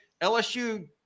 LSU